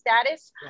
status